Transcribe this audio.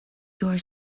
are